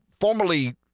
formerly